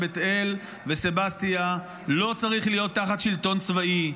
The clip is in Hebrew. בית אל וסבסטיה לא צריך להיות תחת שלטון צבאי.